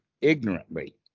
ignorantly